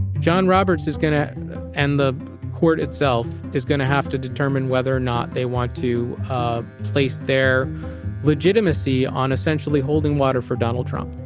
john roberts is going to end the court itself is going to have to determine whether or not they want to place their legitimacy on essentially holding water for donald trump.